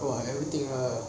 !wah! everything ah